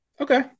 Okay